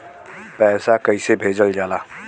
पैसा कैसे भेजल जाला?